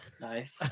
Nice